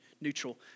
neutral